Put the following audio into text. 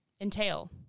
entail